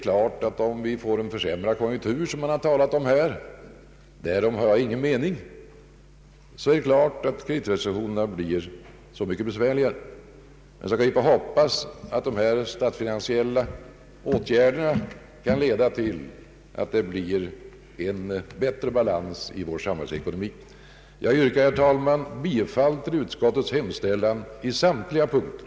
Får vi en försämrad konjunktur, som man här har talat om, så blir naturligtvis effekten av kreditrestriktionerna ännu besvärligare. Herr talman! Jag yrkar bifall till utskottets hemställan i samtliga punkter.